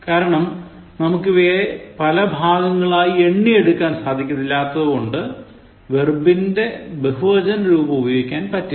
കാരണം നമുക്ക് ഇവയെ പല ഭാഗങ്ങളാക്കി എണ്ണിയെടുക്കാൻ സാധിക്കില്ലാത്തതുകൊണ്ട് വെർബിന്റെ ബഹുവചന രൂപം ഉപയോഗിക്കാൻ പറ്റില്ല